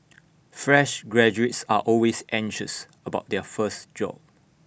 fresh graduates are always anxious about their first job